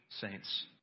saints